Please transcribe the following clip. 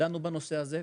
דנו בנושא הזה.